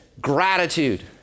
gratitude